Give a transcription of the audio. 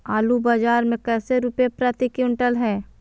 आलू बाजार मे कैसे रुपए प्रति क्विंटल है?